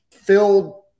Filled